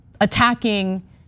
attacking